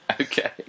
okay